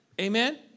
Amen